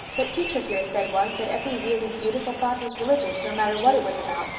but teacher here said once that every really beautiful thought was religious, no matter what it was about,